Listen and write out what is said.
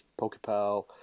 PokePal